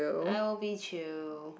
I will be chill